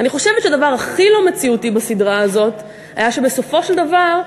אני חושבת שהדבר הכי לא מציאותי בסדרה הזאת היה שבסופו של דבר,